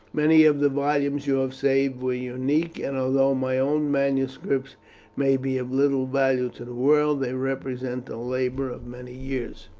many of the volumes you have saved were unique, and although my own manuscripts may be of little value to the world, they represent the labour of many years.